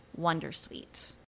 wondersuite